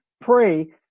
pray